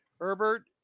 Herbert